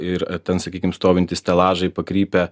ir ten sakykim stovintys stelažai pakrypę